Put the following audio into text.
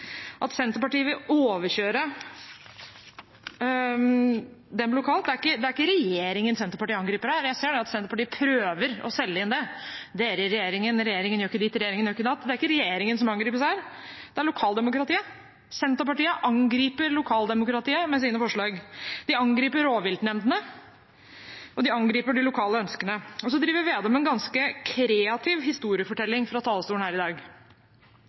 at Senterpartiet vil overkjøre dem lokalt. Det er ikke regjeringen Senterpartiet angriper her, selv om jeg ser at Senterpartiet prøver å selge inn dette ved å si at dere i regjeringen ikke gjør ditt og gjør ikke datt – det er ikke regjeringen som angripes her, det er lokaldemokratiet. Senterpartiet angriper lokaldemokratiet med sine forslag. De angriper rovviltnemndene, og de angriper de lokale ønskene. Representanten Slagsvold Vedum driver en ganske kreativ historiefortelling fra talerstolen her i dag,